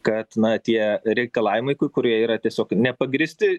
kad na tie reikalavimai ku kurie yra tiesiog nepagrįsti